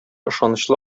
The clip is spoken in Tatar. ышанычлы